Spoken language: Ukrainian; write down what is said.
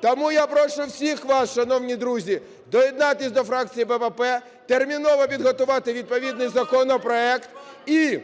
Тому я прошу всіх вас, шановні друзі, доєднатися до фракції "БПП", терміново підготувати відповідний законопроект і